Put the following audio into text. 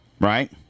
right